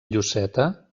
lloseta